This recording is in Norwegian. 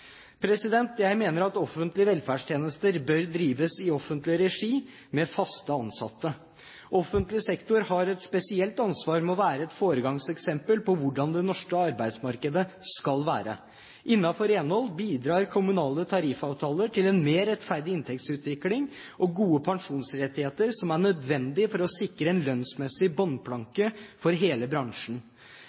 Jeg mener at offentlige velferdstjenester bør drives i offentlig regi med fast ansatte. Offentlig sektor har et spesielt ansvar for å være et foregangseksempel på hvordan det norske arbeidsmarkedet skal være. Innenfor renhold bidrar kommunale tariffavtaler til en mer rettferdig inntektsutvikling og gode pensjonsrettigheter som er nødvendig for å sikre en lønnsmessig bunnplanke for hele bransjen.